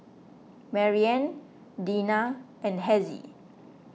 Maryann Dinah and Hezzie